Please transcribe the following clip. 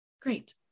Great